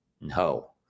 No